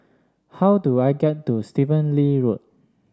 how do I get to Stephen Lee Road